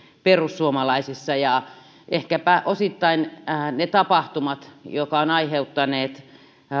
perussuomalaisissa ehkäpä osittain ne tapahtumat jotka ovat aiheuttaneet